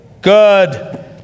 good